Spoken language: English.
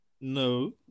No